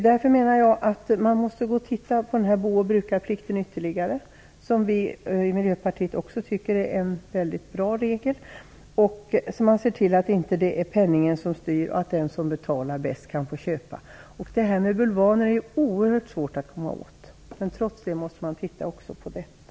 Därför måste man titta ytterligare på bo och brukaplikten, som vi i Miljöpartiet också tycker är en väldigt bra regel. Man måste se till att det inte är penningen som styr och att det inte är den som betalar bäst som får köpa. Det här med bulvaner är oerhört svårt att komma åt, men trots det måste man titta också på detta.